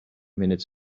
minutes